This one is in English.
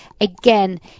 again